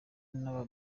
n’aba